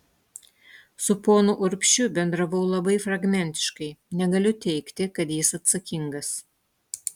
su ponu urbšiu bendravau labai fragmentiškai negaliu teigti kad jis atsakingas